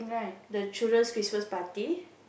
the children's Christmas party